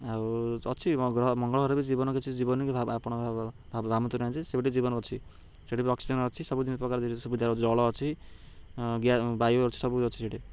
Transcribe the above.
ଆଉ ଅଛି ଗ୍ରହ ମଙ୍ଗଳ ଗ୍ରହରେ ବି ଜୀବନ କିଛି ଜୀବନ କି ଆପଣ ସେଇଠି ଜୀବନ ଅଛି ସେଇଠି ବି ଅକ୍ସିଜେନ ଅଛି ସବୁ ଦିନ ପ୍ରକାର ସୁବିଧା ଅଛି ଜଳ ଅଛି ବାୟୁ ଅଛି ସବୁ ଅଛି ସେଇଠି